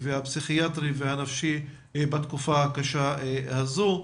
הפסיכיאטרי והנפשי בתקופה הקשה הזו.